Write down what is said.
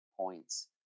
points